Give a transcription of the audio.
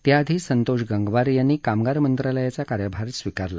त्याआधी संतोष गंगवार यांनी कामगार मंत्रालयाचा कार्यभार स्वीकारला